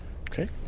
Okay